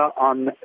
on